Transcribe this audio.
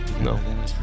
No